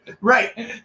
Right